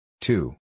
Two